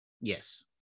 Yes